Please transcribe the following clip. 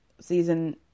season